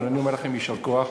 אבל אני אומר לכם: יישר כוח.